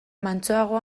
mantsoago